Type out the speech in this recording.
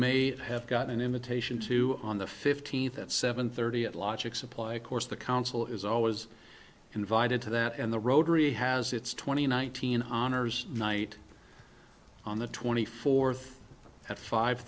may have gotten an invitation to on the fifteenth at seven thirty at logic supply of course the council is always invited to that and the rotary has its twenty one thousand honors night on the twenty fourth at five